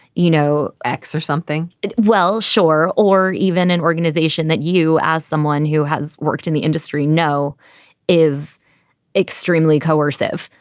you know, x or something well, sure. or even an organization that you ask someone who has worked in the industry know is extremely coercive.